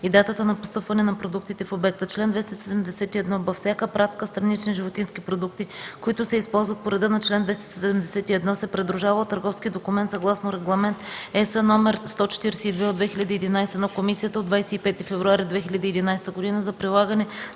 и датата на постъпване на продуктите в обекта. Чл. 271б. Всяка пратка странични животински продукти, които се използват по реда на чл. 271, се придружава от търговски документ съгласно Регламент (ЕС) № 142/2011 на Комисията от 25 февруари 2011 г. за прилагане